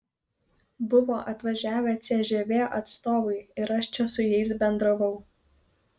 buvo atvažiavę cžv atstovai ir aš čia su jais bendravau